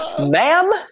ma'am